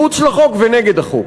מחוץ לחוק ונגד החוק.